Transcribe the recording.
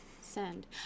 Send